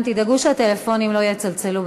וגם תדאגו שהטלפונים לא יצלצלו.